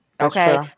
Okay